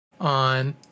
on